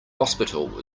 hospital